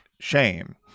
shame